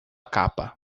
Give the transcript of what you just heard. capa